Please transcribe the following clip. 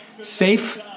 safe